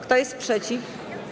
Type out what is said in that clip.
Kto jest przeciw?